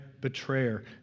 betrayer